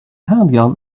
handgun